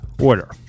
order